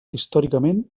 històricament